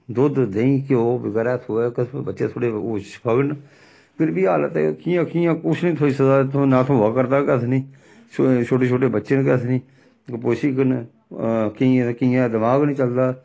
दुद्ध देहीं घ्यो बगैरै थ्होऐ बच्चे थोह्ड़े होश पकड़न फिर बी हालत ऐ कि'यां कि'यां कुछ निं थ्होई सकदा ना थ्होआ करदा केह् आखदे निं छोटे छोटे बच्चे न केह् आखदे निं कपोशक न केइयें केइयें दा दमाक गै निं चलदा